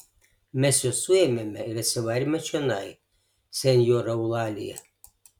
mes juos suėmėme ir atsivarėme čionai senjora eulalija